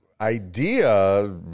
idea